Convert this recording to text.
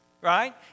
right